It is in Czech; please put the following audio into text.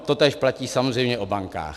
Totéž platí samozřejmě o bankách.